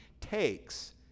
takes